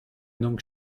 donc